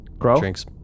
drinks